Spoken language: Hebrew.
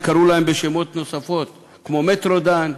וקראו להן בשמות כמו "מטרודן",